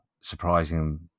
surprising